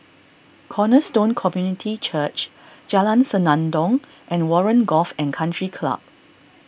Cornerstone Community Church Jalan Senandong and Warren Golf and Country Club